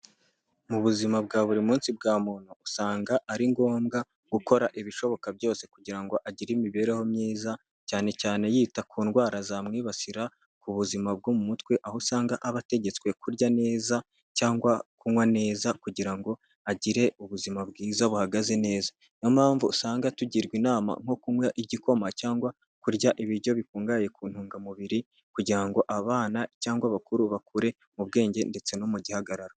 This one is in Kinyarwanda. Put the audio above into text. Mu buzima bwa buri munsi bwa muntu usanga ari ngombwa gukora ibishoboka byose kugira ngo agire imibereho myiza cyane cyane yita ku ndwara zamwibasira ku buzima bwo mu mutwe aho usanga aba ategetswe kurya neza cyangwa kunywa neza kugira ngo agire ubuzima bwiza buhagaze neza, niyo mpamvu usanga tugirwa inama nko kunywaha igikoma cyangwa kurya ibiryo bikungahaye ku ntungamubiri kugira ngo abana cyangwa abakuru bakure mu bwenge ndetse no mu gihagararo.